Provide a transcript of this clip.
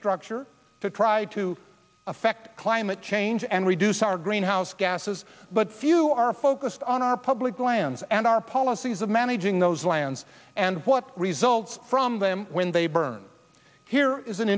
structure to try to affect climate change and reduce our greenhouse gases but few are focused on our public lands and our policies of managing those lands and what results from them when they burn here is an